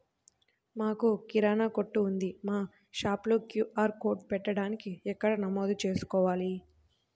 మాకు కిరాణా కొట్టు ఉంది మా షాప్లో క్యూ.ఆర్ కోడ్ పెట్టడానికి ఎక్కడ నమోదు చేసుకోవాలీ?